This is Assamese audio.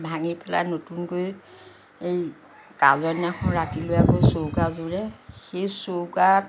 ভাঙি পেলাই নতুনকৈ এই কাজৰ দিনাখন ৰাতিলৈ আকৌ চৌকা জুৰে সেই চৌকাত